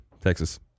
Texas